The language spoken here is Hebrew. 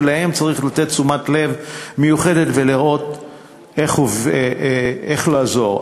ולהם צריך לתת תשומת לב מיוחדת ולראות איך לעזור.